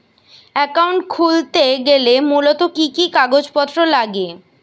Account খুলতে গেলে মূলত কি কি কাগজপত্র লাগে?